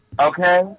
Okay